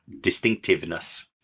distinctiveness